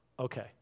okay